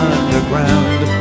Underground